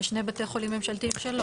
יש שני בתי חולים ממשלתיים שלא.